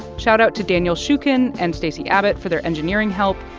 shoutout to daniel shukin and stacey abbott for their engineering help.